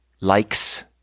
likes